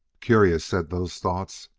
curious! said those thoughts.